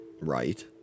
Right